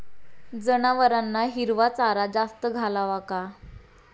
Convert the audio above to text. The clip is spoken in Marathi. जनावरांना हिरवा चारा जास्त घालावा का?